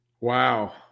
Wow